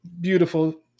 beautiful